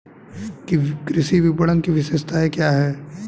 कृषि विपणन की विशेषताएं क्या हैं?